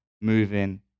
moving